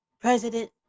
President